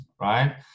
right